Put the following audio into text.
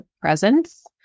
presence